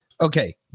okay